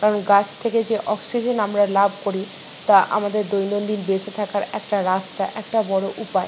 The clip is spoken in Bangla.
কারণ গাছ থেকে যে অক্সিজেন আমরা লাভ করি তা আমাদের দৈনন্দিন বেঁচে থাকার একটা রাস্তা একটা বড়ো উপায়